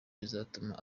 bizatuma